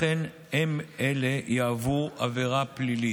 אלה יהוו עבירה פלילית.